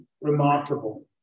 remarkable